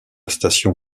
station